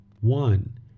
One